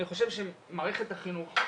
אני חושב שמערכת החינוך,